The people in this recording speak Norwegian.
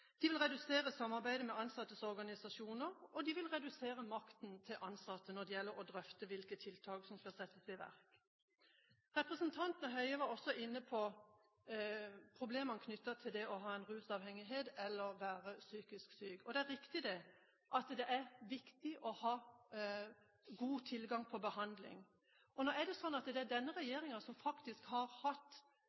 de vil redusere samarbeidet med de ansattes organisasjoner, og de vil redusere makten til de ansatte når det gjelder å drøfte hvilke tiltak som skal settes i verk. Representanten Høie var også inne på problemene knyttet til det å være rusavhengig eller psykisk syk. Det er riktig, det er viktig å ha god tilgang på behandling. Nå er det sånn at det er denne regjeringen, som med gode løft fra den forrige regjeringen har